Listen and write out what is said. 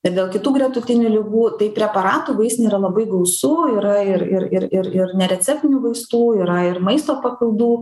ir dėl kitų gretutinių ligų tai preparatų vaistinėj yra labai gausu yra ir ir ir ir ir nereceptinių vaistų yra ir maisto papildų